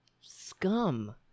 scum